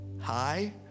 Hi